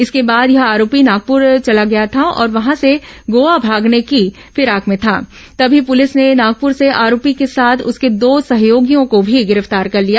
इसके बाद यह आरोपी नागपूर चला गया था और वहां से गोवा भागने की फिराक में था तभी पुलिस ने नागपुर से आरोपी के साथ उसके दो सहयोगियों को भी गिरफ्तार कर लिया